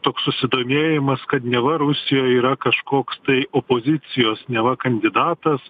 toks susidomėjimas kad neva rusijoj yra kažkoks tai opozicijos neva kandidatas